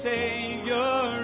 Savior